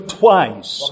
twice